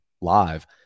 live